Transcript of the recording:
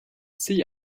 sie